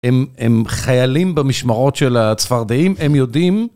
הם חיילים במשמרות של הצפרדעים, הם יודעים.